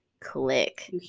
click